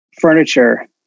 furniture